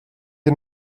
ihr